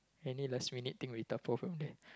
any last minute thing we tabao from there